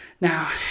Now